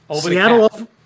Seattle